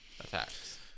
attacks